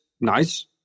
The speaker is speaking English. nice